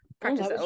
Practice